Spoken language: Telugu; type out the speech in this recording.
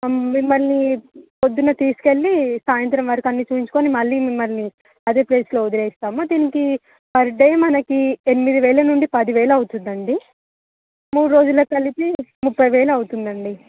మిమ్మలని పొద్దున్న తీసుకు వెళ్ళి సాయంత్రం వరకు అన్నీ చూపించుకొని మళ్ళీ మిమ్మల్ని అదే ప్లేస్లో వదిలేస్తాము దీనికి పర్ డే మనకి ఎనిమిది వేల నుండి పది వేలు అవుతుంది అండి మూడు రోజులకు కలిపి ముప్పై వేలు అవుతుంది అండి